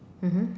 mmhmm